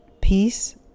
peace